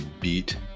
beat